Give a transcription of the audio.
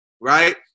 right